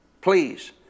please